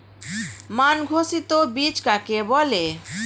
মান ঘোষিত বীজ কাকে বলে?